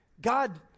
God